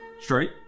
Straight